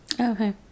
Okay